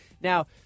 Now